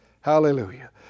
Hallelujah